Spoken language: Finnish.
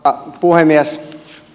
arvoisa puhemies